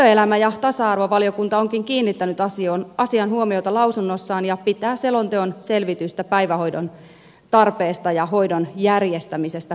työelämä ja tasa arvovaliokunta onkin kiinnittänyt asiaan huomiota lausunnossaan ja pitää selonteon selvitystä päivähoidon tarpeesta ja hoidon järjestämisestä puutteellisena